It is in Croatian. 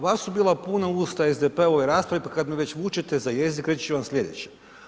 Vas su bila puna usta SDP-ove rasprave pa kad me već vučete za jezik reći ću vam slijedeće.